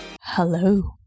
Hello